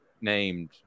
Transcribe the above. named –